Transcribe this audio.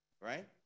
Right